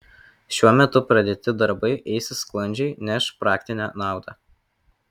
šiuo metu pradėti darbai eisis sklandžiai neš praktinę naudą